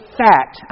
fact